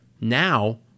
now